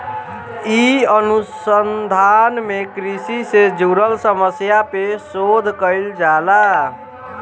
इ अनुसंधान में कृषि से जुड़ल समस्या पे शोध कईल जाला